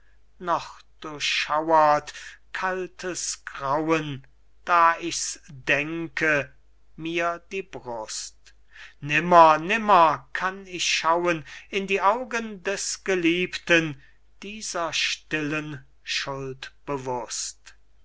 schaute noch durchschauert kaltes grauen da ich's denke mir die brust nimmer nimmer kann ich schauen in die augen des geliebten dieser